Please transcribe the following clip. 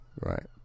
right